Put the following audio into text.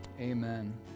Amen